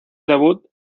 debut